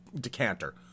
decanter